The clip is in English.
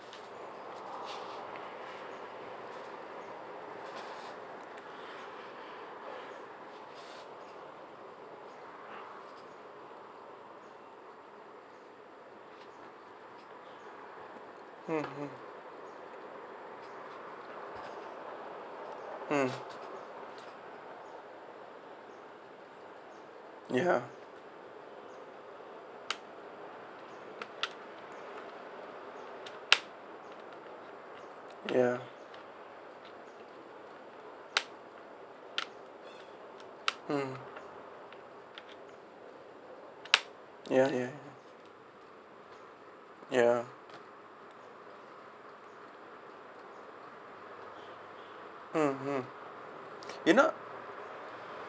mm mm mm ya ya mm ya ya ya ya mm mm you know